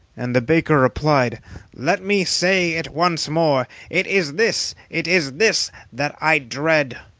and the baker replied let me say it once more. it is this, it is this that i dread!